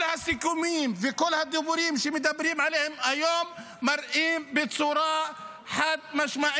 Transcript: כל הסיכומים וכל הדיבורים שמדברים עליהם היום מראים בצורה חד-משמעית